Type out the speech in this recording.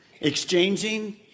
Exchanging